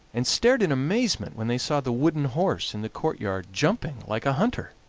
and stared in amazement when they saw the wooden horse in the courtyard jumping like a hunter.